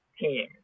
team